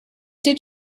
did